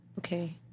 Okay